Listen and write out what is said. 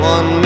One